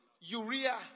urea